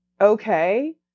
okay